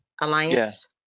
Alliance